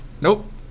Nope